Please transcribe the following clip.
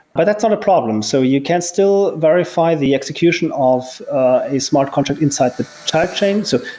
but that's not a problem. so you can still verify the execution of ah a smart contract inside the child chains so